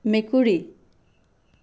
মেকুৰী